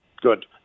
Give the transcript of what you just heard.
Good